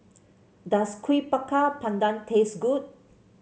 does Kuih Bakar Pandan taste good